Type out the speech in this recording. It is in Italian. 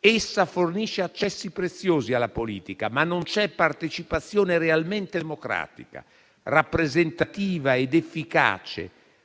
essa fornisce accessi preziosi alla politica, ma non c'è partecipazione realmente democratica, rappresentativa ed efficace